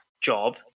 job